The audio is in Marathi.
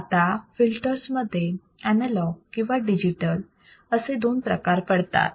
आता फिल्टर्स मध्ये अनलॉग किंवा डिजिटल असे दोन प्रकार पडतात